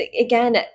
again